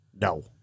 No